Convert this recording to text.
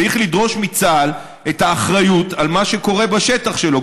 צריך לדרוש מצה"ל את האחריות למה שקורה בשטח שלו.